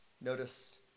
notice